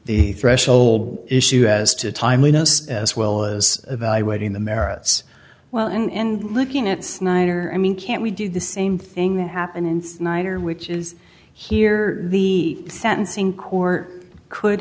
the threshold issue as to timeliness as well as evaluating the merits well and looking at snyder i mean can't we do the same thing that happened in snyder which is here the sentencing court could